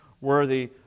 worthy